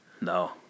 No